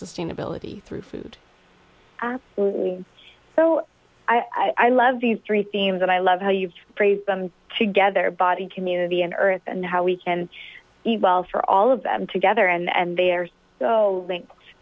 sustainability through food absolutely so i love these three themes and i love how you've phrased them together body community and earth and how we can evolve for all of them together and there's so linked